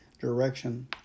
direction